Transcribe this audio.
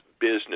business